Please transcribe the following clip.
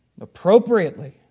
appropriately